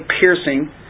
piercing